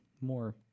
more